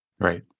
Right